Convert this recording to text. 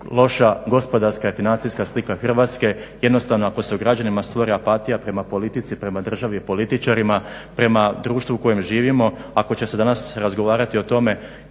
loša gospodarska i financijska slika Hrvatske. Jednostavno ako se u građanima stvori apatija prema politici, prema državi i političarima, prema društvu u kojem živimo ako će se danas razgovarati o tome